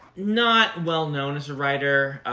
not well known as a writer.